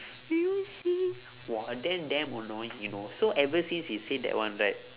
you see !wah! then damn annoying you know so ever since he say that one right